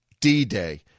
D-Day